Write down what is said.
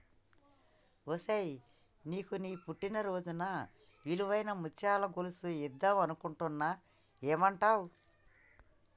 ఒసేయ్ నీకు నీ పుట్టిన రోజున ఇలువైన ముత్యాల గొలుసు ఇద్దం అనుకుంటున్న ఏమంటావ్